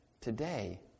today